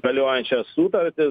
galiojančias sutartis